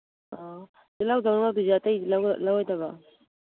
ꯑꯣ ꯇꯤꯜꯍꯧꯗꯪꯂꯣ ꯂꯧꯗꯣꯏꯁꯦ ꯑꯇꯩꯗꯤ ꯂꯧꯔꯣꯏꯗꯕ꯭ꯔꯣ